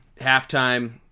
Halftime